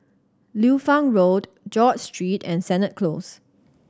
Liu Fang Road George Street and Sennett Close